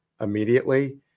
immediately